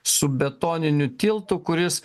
su betoniniu tiltu kuris